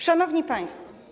Szanowni Państwo!